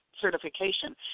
certification